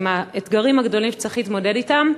עם האתגרים הגדולים שצריך להתמודד אתם,